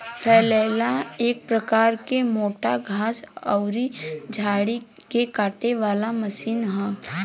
फलैल एक प्रकार के मोटा घास अउरी झाड़ी के काटे वाला मशीन ह